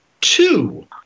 Two